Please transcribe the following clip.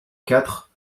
quatre